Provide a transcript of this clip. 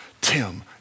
Tim